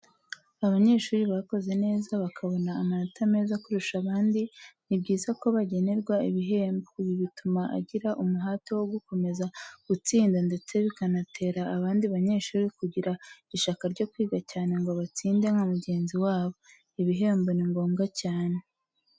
Abanyeshuri bakoze neza bakabona amanota meza kurusha abandi, ni byiza ko bagenerwa ibihembo. Ibi bituma agira umuhate wo gukomeza gutsinda ndetse bikanatera abandi banyeshuri kugira ishyaka ryo kwiga cyane ngo batsinde nka mugenzi wabo. Ibihembo ni ngombwa cyane.